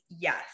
yes